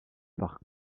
par